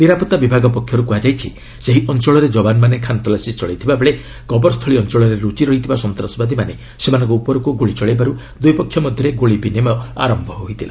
ନିରାପତ୍ତା ବିଭାଗ ପକ୍ଷରୁ କୁହାଯାଇଛି ସେହି ଅଞ୍ଚଳରେ ଯବାନମାନେ ଖାନ୍ତଲାସୀ ଚଳେଇଥିବା ବେଳେ କବର ସ୍ଥଳୀ ଅଞ୍ଚଳରେ ଲୁଚି ରହିଥିବା ସନ୍ତାସବାଦୀମାନେ ସେମାନଙ୍କ ଉପରକୁ ଗୁଳି ଚଳାଇବାରୁ ଦୁଇ ପକ୍ଷ ମଧ୍ୟରେ ଗୁଳି ବିନିମୟ ଆରମ୍ଭ ହୋଇଥିଲା